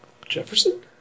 Jefferson